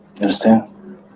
understand